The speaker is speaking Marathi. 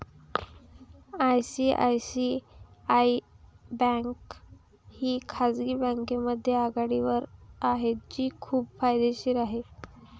आय.सी.आय.सी.आय बँक ही खाजगी बँकांमध्ये आघाडीवर आहे जी खूप फायदेशीर आहे